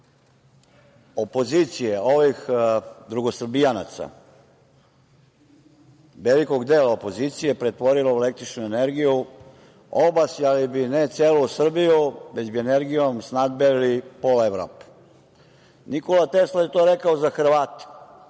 opozicije, ovih drugosrbijanaca, velikog dela opozicije, pretvorila u električnu energiju, obasjali bi ne celu Srbiju, već bi energijom snabdeli pola Evrope. Nikola Tesla je to rekao za Hrvate.